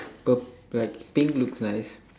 purp~ like pink looks nice